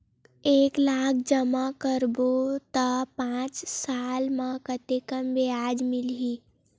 एक लाख जमा करबो त पांच साल म कतेकन ब्याज मिलही?